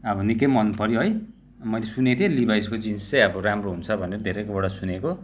अब निक्कै मनपर्यो है मैले सुनेको थिएँ लिभआइसको जिन्स चाहिँ अब राम्रो हुन्छ भनेर धेरैकोबाट सुनेको